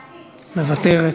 מוותרת.